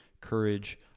courage